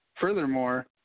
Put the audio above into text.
Furthermore